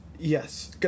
Yes